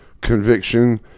conviction